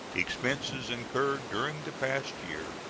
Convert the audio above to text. expenses incurred during the past year,